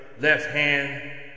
left-hand